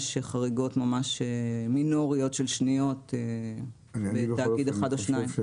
יש חריגות ממש מינוריות של שניות בתאגיד אחד או שניים.